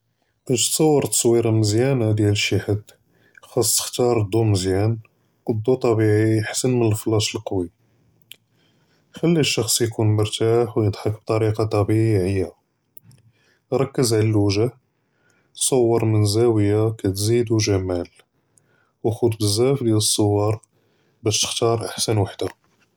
אש תצוער צצוירה מזיאנה דיאל שי חד, חצכ תהר אלדו מזיאן, דו טבעי חסן מן לפלאש אלקוי, ח'לי שח'ץ יכון מרتاح ויצדח בטאריקה טבעִעִיה, רקּז עלא אלוג'ה, וצוּר מן זאוִיה כתזידו ג'מאל, וכּ'וד בזאף דיאל צצוּר, באש תכּתאר אחסן וחדה.